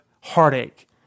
heartache